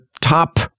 top